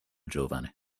giovane